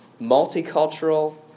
multicultural